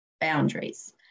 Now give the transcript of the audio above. boundaries